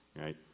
Right